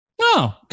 No